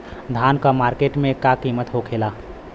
धान क मार्केट में का कीमत होखेला?